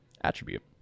attribute